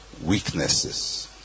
weaknesses